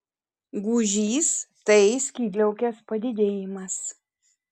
gūžys tai skydliaukės padidėjimas